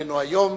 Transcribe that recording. שולחננו היום.